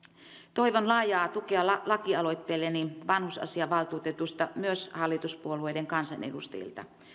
toivon laajaa tukea lakialoitteelleni vanhusasiavaltuutetusta myös hallituspuolueiden kansanedustajilta